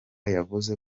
yavuze